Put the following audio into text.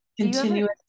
continuous